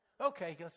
Okay